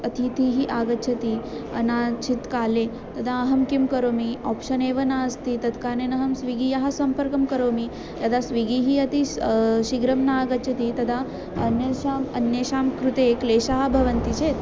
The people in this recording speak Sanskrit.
अतिथिः आगच्छति कदाचित् काले तदा अहं किं करोमि आप्शन् एव नास्ति तत् कारणेन अहं स्विगीयः सम्पर्कं करोमि यदा स्विग्गिः अतिस् शीघ्रं न आगच्छति तदा अन्येषाम् अन्येषां कृते क्लेशाः भवन्ति चेत्